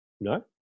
No